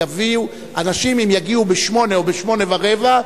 אם יגיעו ב-20:00 או ב-20:15,